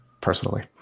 personally